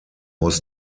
was